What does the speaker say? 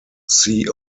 see